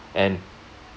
and